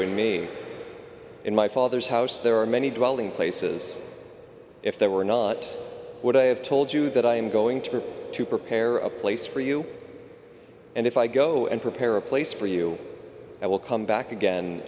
in me in my father's house there are many dwelling places if that were not what i have told you that i am going to to prepare a place for you and if i go and prepare a place for you i will come back again